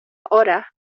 horas